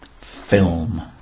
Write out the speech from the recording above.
Film